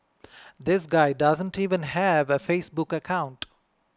this guy does not even have a Facebook account